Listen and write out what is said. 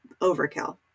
overkill